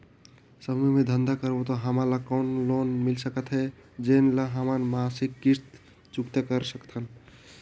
समूह मे धंधा करबो त हमन ल कौन लोन मिल सकत हे, जेन ल हमन मासिक किस्त मे चुकता कर सकथन?